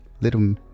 little